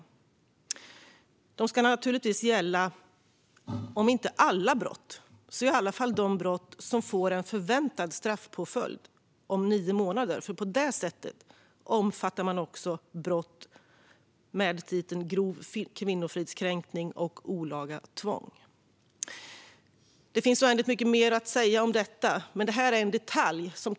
Detta ska naturligtvis gälla om inte alla brott så i alla fall de brott som får en förväntad straffpåföljd om nio månader. På detta sätt omfattar man också brott med titeln grov kvinnofridskränkning och olaga tvång. Det finns oändligt mycket mer att säga om detta, men det här är en detalj.